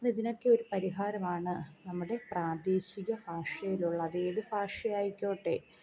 ഇതിനൊക്കെ ഒരു പരിഹാരമാണ് നമ്മുടെ പ്രാദേശിക ഭാഷയിലുള്ള അതേത് ഭാഷയായിക്കോട്ടെ